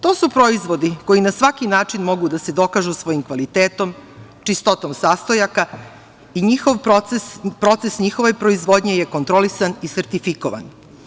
To su proizvodi koji na svaki način mogu da se dokažu svojim kvalitetom, čistotom sastojaka i njihov proces, proces njihove proizvodnje je kontrolisan i sertifikovan.